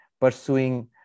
pursuing